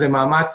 זה מאמץ